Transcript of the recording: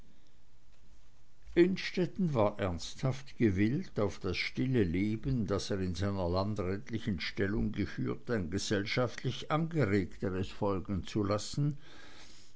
innstetten war ernsthaft gewillt auf das stille leben das er in seiner landrätlichen stellung geführt ein gesellschaftlich angeregteres folgen zu lassen